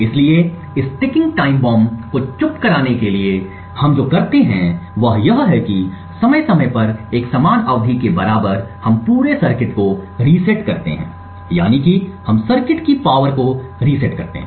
इसलिए इस ticking time bomb को चुप कराने के लिए हम जो करते हैं वह यह है कि समय समय पर एक समान अवधि के बराबर हम पूरे सर्किट को रीसेट करते हैं यानी कि हम सर्किट की पावर को रीसेट करते हैं